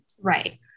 Right